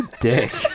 dick